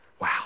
Wow